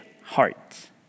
heart